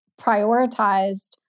prioritized